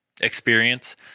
experience